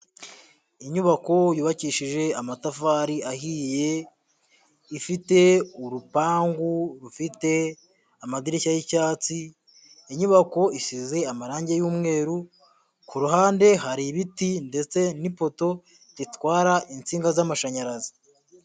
Inyubako yubakishije amatafari ahiye, ifite urupangu rufite amadirishya y'icyatsi, inyubako isize amarangi y'umweru, ku ruhande hari ibiti ndetse n'ipoto ritwara insinga z'amashanyarazi.